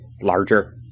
larger